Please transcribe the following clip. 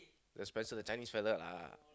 the Spencer the Chinese fellow lah